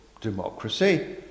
democracy